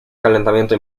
calentamiento